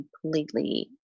completely